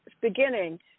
Beginning